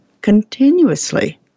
continuously